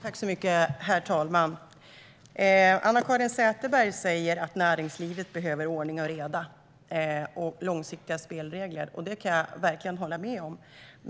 Herr talman! Anna-Caren Sätherberg säger att näringslivet behöver ordning och reda och långsiktiga spelregler. Det kan jag verkligen hålla med om.